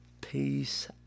peace